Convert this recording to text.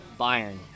Bayern